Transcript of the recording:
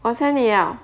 好像你啊